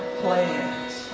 plans